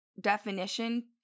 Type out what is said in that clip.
definition